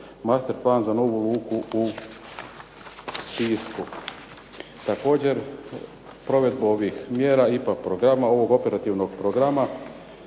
masterplan za novu luku u Sisku. Također, provedbu ovih mjera IPA programa ovog operativnog programa,